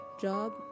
job